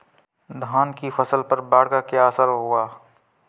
धान की फसल पर बाढ़ का क्या असर होगा?